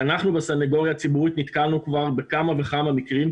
אנחנו בסנגוריה הציבורית נתקלנו כבר בכמה וכמה מקרים,